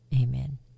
Amen